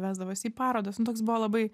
vesdavosi į parodas nu toks buvo labai